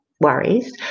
worries